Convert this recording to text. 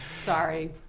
Sorry